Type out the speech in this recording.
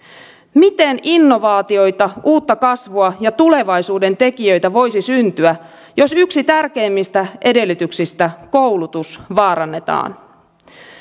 miten innovaatioita uutta kasvua ja tulevaisuuden tekijöitä voisi syntyä jos yksi tärkeimmistä edellytyksistä koulutus vaarannetaan